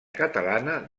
catalana